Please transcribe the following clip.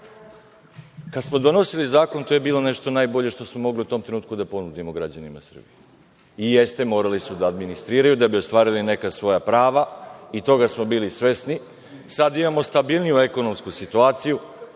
smo donosili zakon, to je bilo nešto najbolje što smo mogli u tom trenutku da ponudimo građanima Srbije i jeste, morali su da administriraju da bi ostvarili neka svoja prava i toga smo bili svesni. Sada imamo stabilniju ekonomsku situaciju